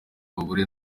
abagore